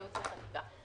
ייעוץ וחקיקה.